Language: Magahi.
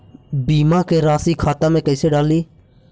बीमा के रासी खाता में कैसे डाली?